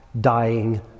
dying